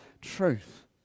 truth